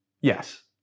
Yes